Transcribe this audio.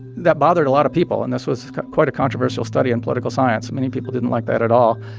that bothered a lot of people, and this was quite a controversial study in political science. many people didn't like that at all,